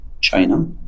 China